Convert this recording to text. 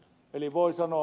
eli voi sanoa